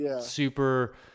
super